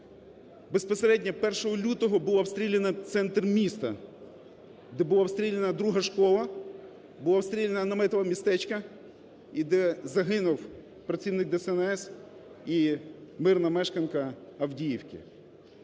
Безпосередньо 1 лютого був обстріляний центр міста, де була обстріляна друга школа, було обстріляне наметове містечко і де загинув працівник ДСНС і мирна мешканка Авдіївки.